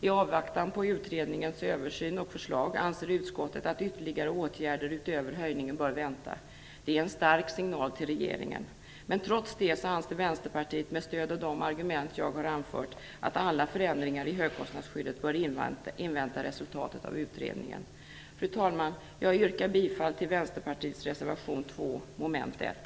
I avvaktan på utredningens översyn och förslag anser utskottet att ytterligare åtgärder utöver höjningen bör vänta. Det är en stark signal till regeringen. Trots det anser Vänsterpartiet, med stöd av de argument jag har anfört, att alla förändringar i högkostnadsskyddet bör invänta resultatet från utredningen. Fru talman! jag yrkar bifall till Vänsterparitets reservation 2, mom. 1.